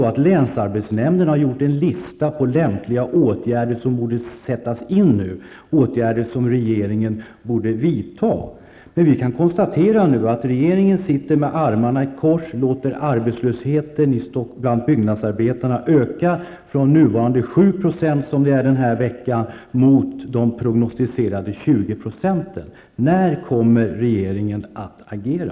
Ja, länsarbetsnämnden har gjort en lista på lämpliga åtgärder som borde sättas in, som regeringen borde vidta. Men vi kan konstatera att regeringen sitter med armarna i kors och låter arbetslösheten bland byggnadsarbetarna öka från nuvarande 7 % den här veckan mot prognosticerade 20 %. När kommer regeringen att agera?